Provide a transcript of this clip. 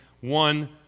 one